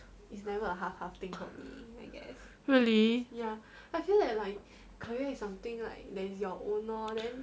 really